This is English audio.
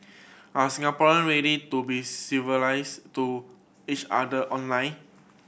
are Singaporean ready to be civilize to each other online